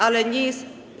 Ale nie jest.